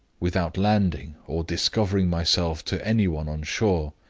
without landing, or discovering myself to any one on shore,